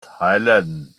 teilen